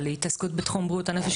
על התעסקות בריאות הנפש,